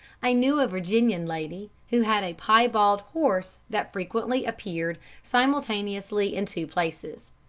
i knew a virginian lady who had a piebald horse that frequently appeared simultaneously in two places.